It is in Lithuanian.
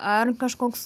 ar kažkoks